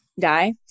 die